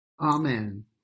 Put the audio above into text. Amen